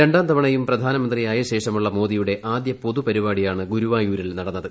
രണ്ടാംതവണയും പ്രധാനമന്ത്രിയായശേഷമുള്ള മോദിയുടെ ആദ്യ പൊതു പരിപാടിയാണ് ഗുരുവായൂരിൽ നടന്നത്